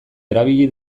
erabili